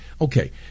Okay